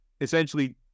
essentially